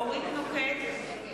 (קוראת בשמות חברי הכנסת)